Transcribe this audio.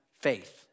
faith